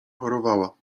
chorowała